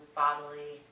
bodily